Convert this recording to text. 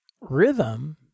rhythm